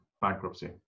bankruptcy